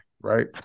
right